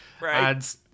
Right